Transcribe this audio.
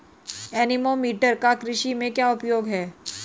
Anemometer का कृषि में क्या उपयोग है?